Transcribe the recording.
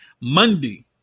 Monday